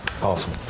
Awesome